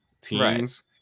teams